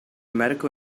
medical